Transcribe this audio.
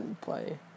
play